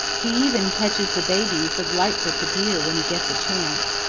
he even catches the babies of lightfoot the deer when he gets a chance.